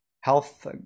health